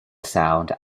sound